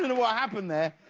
and what happened there.